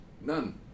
none